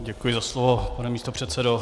Děkuji za slovo, pane místopředsedo.